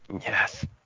Yes